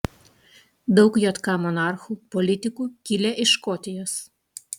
daug jk monarchų politikų kilę iš škotijos